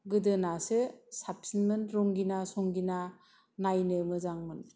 गोदोनासो साबसिनमोन रंगिना संगिना नायनो मोजांमोन